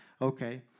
Okay